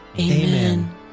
Amen